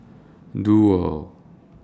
Duo